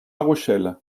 rochelle